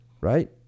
right